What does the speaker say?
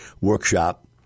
workshop